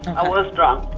i was drunk.